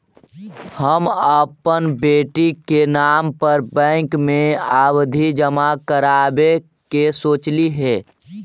हम अपन बेटी के नाम पर बैंक में आवधि जमा करावावे के सोचली हे